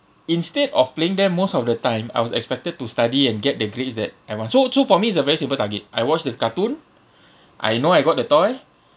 instead of playing them most of the time I was expected to study and get the grades that I want so so for me it's a very simple target I watch this cartoon I know I got the toy